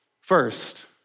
first